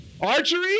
archery